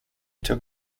took